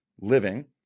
living